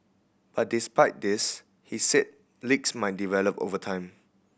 but despite this he said leaks might develop over time